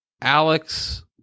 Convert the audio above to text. Alex